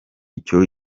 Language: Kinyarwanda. icyo